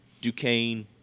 Duquesne